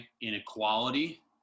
inequality